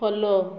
follow